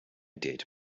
did